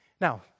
Now